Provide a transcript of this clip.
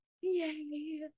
Yay